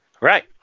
Right